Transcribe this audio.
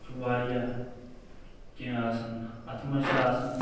چھُ واریاہ کینٛہہ آسان اتھ منٛز چھِ آسان